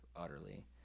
utterly